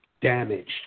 damaged